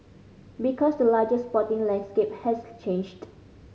because the larger sporting landscape has changed